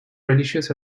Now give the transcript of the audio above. religious